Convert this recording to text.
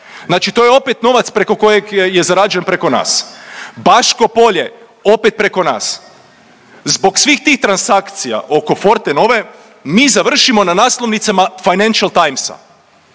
Znači to je opet novac preko kojeg je zarađen preko nas. Baško Polje opet preko nas. Zbog svih tih transakcija oko Fortenove mi završimo na naslovnicama Financial Timesa.